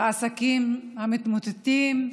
העסקים המתמוטטים.